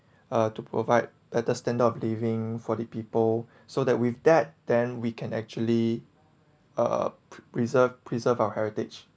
uh to provide better standard of living for the people so that with that then we can actually uh preserve preserve our heritage